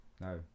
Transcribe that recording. No